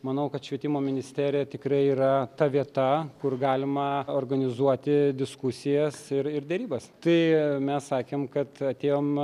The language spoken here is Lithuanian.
manau kad švietimo ministerija tikrai yra ta vieta kur galima organizuoti diskusijas ir ir derybas tai mes sakėm kad atėjom